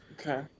Okay